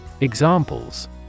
Examples